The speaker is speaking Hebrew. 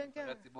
הם נבחרי ציבור,